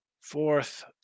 fourth